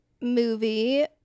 movie